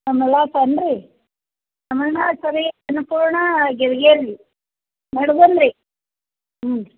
ಆಮೇಲೆ ಆತೇನ್ರಿ ತಮಿಳ್ ನಾಡು ಚರಿ ಅನ್ನಪೂರ್ಣಾ ಮಡ್ಗೊನ್ರಿ ಹ್ಞೂ